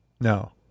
No